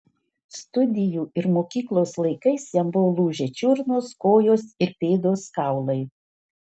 studijų ir mokyklos laikais jam buvo lūžę čiurnos kojos ir pėdos kaulai